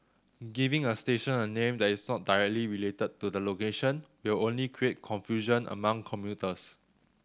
giving a station a name that is sort directly related to the location will only create confusion among commuters